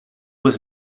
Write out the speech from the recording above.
was